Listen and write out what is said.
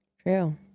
True